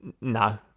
no